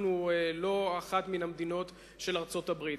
אנחנו לא אחת מהמדינות של ארצות-הברית.